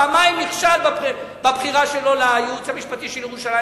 פעמיים הוא נכשל בבחירה שלו לייעוץ המשפטי של ירושלים.